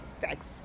sex